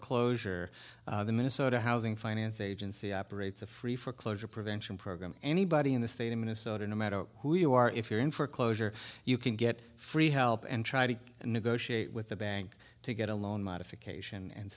closure in minnesota housing finance agency operates a free foreclosure prevention program anybody in the state of minnesota no matter who you are if you're in for closure you can get free help and try to negotiate with the bank to get a loan modification and